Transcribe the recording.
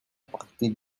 partir